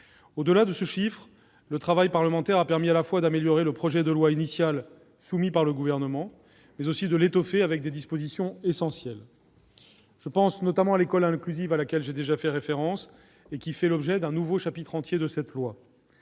d'amendements adoptés, le travail parlementaire a permis à la fois d'améliorer le projet de loi initial soumis par le Gouvernement et de l'étoffer avec des dispositions essentielles. Je pense tout d'abord à l'école inclusive- j'y ai déjà fait référence -qui fait l'objet d'un nouveau chapitre entier de ce texte.